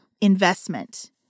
investment